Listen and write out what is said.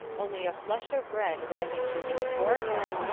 only a flush of red rising to his forehead,